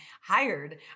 hired